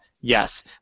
Yes